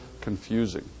confusing